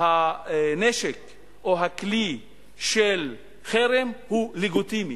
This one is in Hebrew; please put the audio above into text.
הנשק או הכלי של חרם הוא לגיטימי,